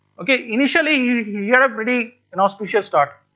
ok? initially he had a pretty inauspicious start.